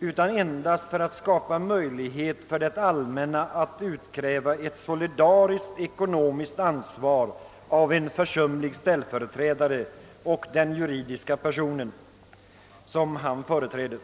utan endast för att skapa möjlighet för det allmänna att utkräva ett solidariskt ekonomiskt ansvar av en försumlig ställföreträdare och den juridiska person som denne företräder.